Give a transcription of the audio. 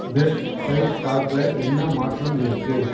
best buy ஸ்டாக்ல என்ன மாற்றம் இருக்குது